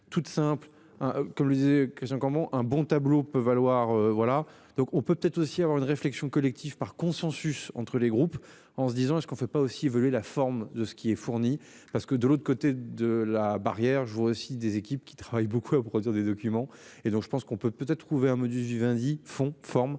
toute simple. Comme le disait que j'ai encore bon, un bon tableau peut valoir. Voilà donc on peut aussi avoir une réflexion collective par consensus entre les groupes en se disant est-ce qu'on fait pas aussi évoluer la forme de ce qui est fourni. Parce que de l'autre côté de la barrière, je vois aussi des équipes qui travaillent beaucoup à produire des documents et donc je pense qu'on peut peut-être trouver un modus Vivendi font forme